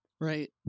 right